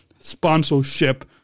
Sponsorship